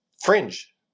fringe